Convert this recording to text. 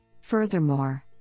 Furthermore